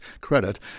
credit